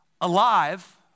alive